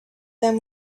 them